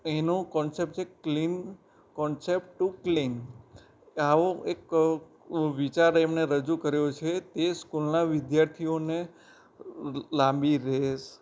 એનો કોન્સેપ્ટ છે clean concept to clean આવો એક વિચાર એમણે રજૂ કર્યો છે તે સ્કૂલના વિદ્યાર્થીઓને લાંબી રેસ